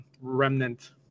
remnant